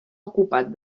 ocupat